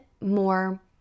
more